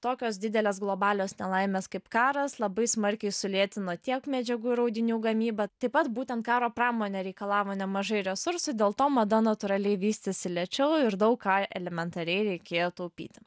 tokios didelės globalios nelaimės kaip karas labai smarkiai sulėtino tiek medžiagų ir audinių gamybą taip pat būtent karo pramonė reikalavo nemažai resursų dėl to mada natūraliai vystėsi lėčiau ir daug ką elementariai reikėjo taupyti